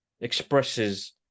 expresses